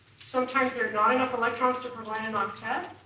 sometimes there are not enough electrons to provide an octet.